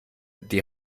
die